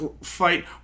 fight